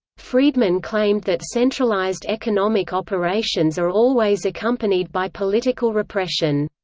friedman claimed that centralized economic operations are always accompanied by political repression.